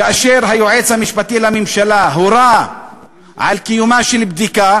כאשר היועץ המשפטי לממשלה הורה על קיומה של בדיקה